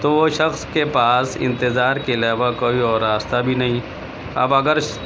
تو وہ شخص کے پاس انتظار کے علاوہ کوئی اور راستہ بھی نہیں اب اگر